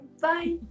Bye